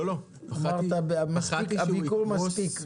הביקור מספיק.